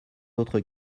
autres